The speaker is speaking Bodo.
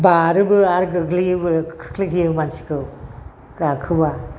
बारोबो आरो गोग्लैयोबो खोख्लैयो मानसिखौ गाखोब्ला